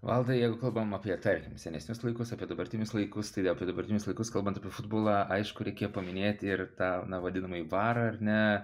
valdai jeigu kalbam apie tarkim senesnius laikus apie dabartinius laikus tai apie dabartinius laikus kalbant apie futbolą aišku reikia paminėti ir tą vadinamąjį varą ar ne